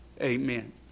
amen